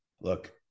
look